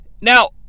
Now